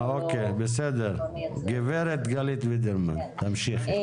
בסדר, גב' גלית וידרמן, תמשיכי.